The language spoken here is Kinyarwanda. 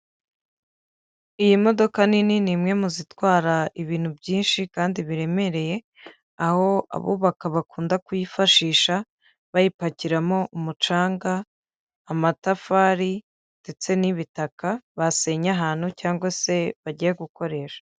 Iyi modoka nini ni imwe mu zitwara ibintu byinshi kandi biremereye, aho abubaka bakunda kuyifashisha bayipakiramo umucanga, amatafari ndetse n'ibitaka basennye ahantu, cyangwa se bagiye gukoresha.